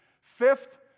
Fifth